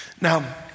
Now